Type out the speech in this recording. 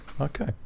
Okay